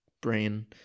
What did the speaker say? brain